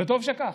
וטוב שכך,